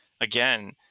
again